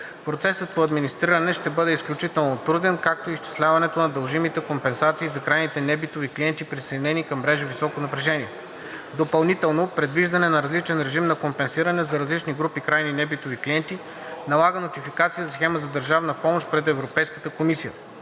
Процесът по администриране ще бъде изключително труден, както и изчисляването на дължимите компенсации за крайните небитови клиенти, присъединени към мрежа високо напрежение. Допълнително предвиждане на различен режим на компенсиране за различни групи крайни небитови клиенти налага нотификация на схема за държавна помощ пред Европейската комисия.